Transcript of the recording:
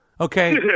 Okay